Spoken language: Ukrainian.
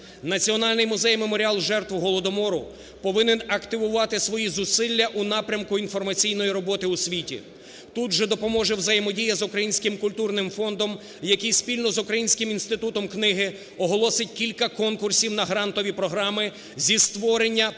Національний музей "Меморіал жертв Голодомору" повинен активувати свої зусилля у напрямку інформаційної роботи у світі. Тут же допоможе взаємодія з Українським культурний фондом, який спільно з Українськими інститутом книги оголосить кілька конкурсів на грантові програми зі створення